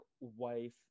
wife